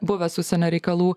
buvęs užsienio reikalų